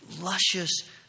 luscious